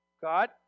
God